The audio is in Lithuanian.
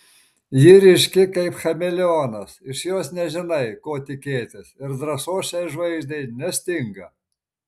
ji ryški kaip chameleonas iš jos nežinai ko tikėtis ir drąsos šiai žvaigždei nestinga